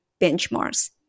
benchmarks